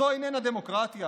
זו איננה דמוקרטיה.